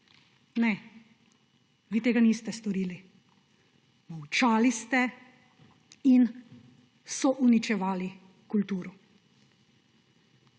Ne! Vi tega niste storili. Molčali ste in souničevali kulturo.